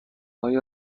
های